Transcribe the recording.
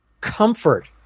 comfort